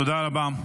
תודה רבה.